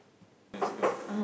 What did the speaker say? let's go